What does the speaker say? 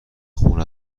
خون